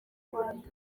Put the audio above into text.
rwanda